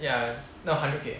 ya no hundred K